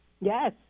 Yes